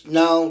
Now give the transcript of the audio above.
no